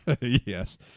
Yes